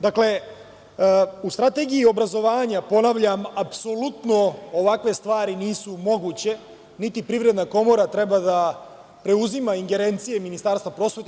Dakle, u Strategiji obrazovanja, ponavljam, apsolutno ovakve stvari nisu moguće, niti Privredna komora treba da preuzima ingerencije Ministarstva prosvete.